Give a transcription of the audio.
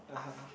(uh huh)